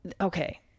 okay